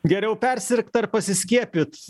geriau persirgt ar pasiskiepyt